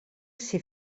ser